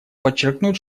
подчеркнуть